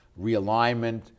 realignment